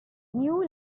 new